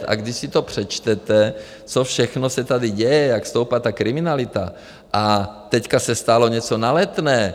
A když si to přečtete, co všechno se tady děje, jak stoupla ta kriminalita, a teď se stalo něco na Letné.